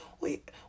wait